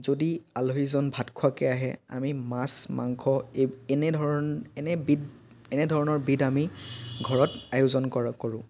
যদি আলহীজন ভাত খোৱাকৈ আহে আমি মাছ মাংস এই এনেধৰণ এনেবিধ এনেধৰণৰ বিধ আমি ঘৰত আয়োজন কৰা কৰোঁ